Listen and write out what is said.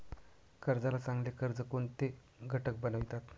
कर्जाला चांगले कर्ज कोणते घटक बनवितात?